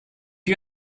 you